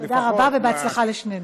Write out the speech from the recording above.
תודה רבה, ובהצלחה לשנינו.